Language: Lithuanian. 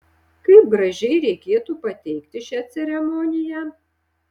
kaip gražiai reikėtų pateikti šią ceremoniją